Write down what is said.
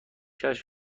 کفش